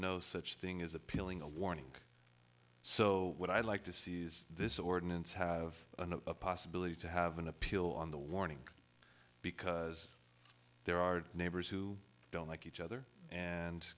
no such thing as appealing a warning so what i'd like to see is this ordinance have a possibility to have an appeal on the warning because there are neighbors who don't like each other and